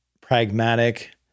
pragmatic